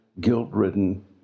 guilt-ridden